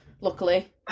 luckily